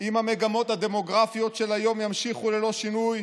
אם המגמות הדמוגרפיות של היום יימשכו ללא שינוי,